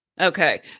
Okay